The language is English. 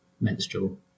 menstrual